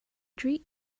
treat